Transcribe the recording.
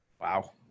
Wow